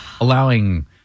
allowing